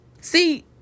See